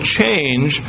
change